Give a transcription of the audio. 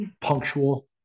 punctual